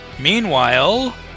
Meanwhile